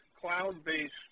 cloud-based